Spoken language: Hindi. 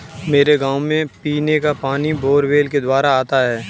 मेरे गांव में पीने का पानी बोरवेल के द्वारा आता है